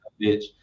bitch